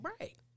Right